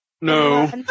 No